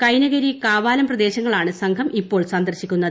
കൈനകരി കാവാലം പ്രദേശ്രങ്ങളാണ് സംഘം ഇപ്പോൾ സന്ദർശിക്കുന്നത്